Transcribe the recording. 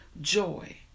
joy